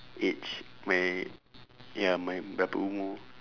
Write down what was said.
age my ya my berapa umur